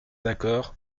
d’accord